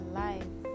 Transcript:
life